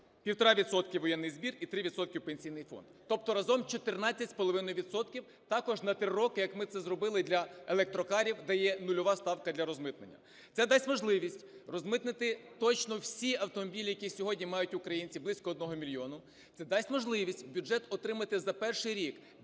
півтора відсотка воєнний збір і 3 відсотка в Пенсійний фон. Тобто разом 14 з половиною відсотків, також на 3 роки, як ми це зробили для електрокарів, де є нульова ставка для розмитнення. Це дасть можливість розмитнити точно всі автомобілі, які сьогодні мають українці, близько 1 мільйона. Це дасть можливість в бюджет отримати за перший рік 25